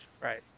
Right